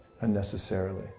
unnecessarily